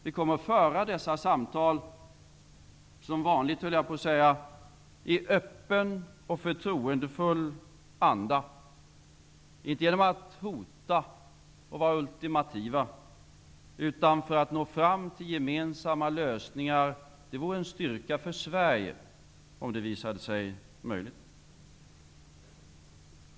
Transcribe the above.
Vi kommer att föra dessa samtal -- som vanligt, höll jag på att säga -- i öppen och förtroendefull anda, inte genom att hota och vara ultimativa, utan för att nå fram till gemensamma lösningar. Det vore en styrka för Sverige om det visade sig vara möjligt.